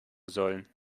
sollen